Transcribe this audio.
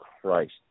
Christ